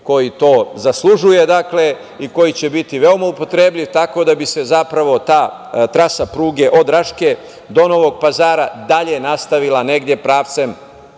koji to zaslužuje i koji će biti veoma upotrebljiv, tako da bi se zapravo ta trasa pruge od Raške do Novog Pazara dalje nastavila u pravcu